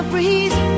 breeze